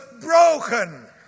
broken